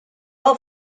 all